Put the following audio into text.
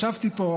ישבתי פה.